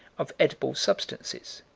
of edible substances.